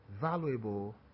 valuable